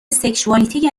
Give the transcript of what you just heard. سکشوالیته